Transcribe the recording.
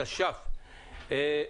התש"ף-2020.